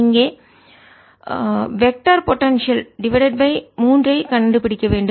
இங்கே நாம் வெக்டர் திசையன் பொடென்சியல் டிவைடட் பை 3 ஐ கண்டுபிடிக்க வேண்டும்